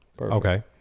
Okay